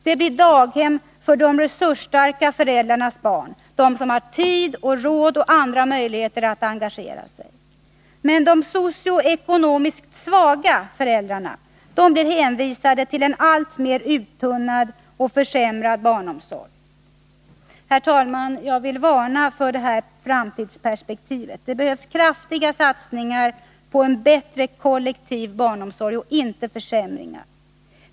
Det blir daghem för de resursstarka föräldrarnas barn, föräldrar som har råd och tid samt andra möjligheter att engagera sig. Men de socialt och ekonomiskt svaga föräldrarna blir hänvisade till en alltmer uttunnad och försämrad barnomsorg. Herr talman! Jag vill varna för detta framtidsperspektiv. Det behövs kraftiga satsningar på en bättre kollektiv barnomsorg — inte försämringar.